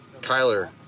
Kyler